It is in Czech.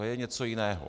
To je něco jiného.